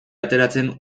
ateratzen